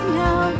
now